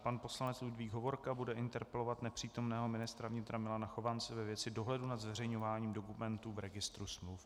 Pan poslanec Ludvík Hovorka bude interpelovat nepřítomného ministra vnitra Milana Chovance ve věci dohledu nad zveřejňováním dokumentů v registru smluv.